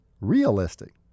realistic